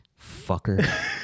fucker